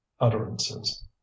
utterances